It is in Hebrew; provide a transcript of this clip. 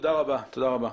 תודה רבה.